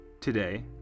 today